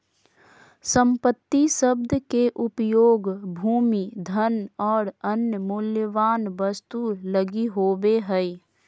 संपत्ति शब्द के उपयोग भूमि, धन और अन्य मूल्यवान वस्तु लगी होवे हइ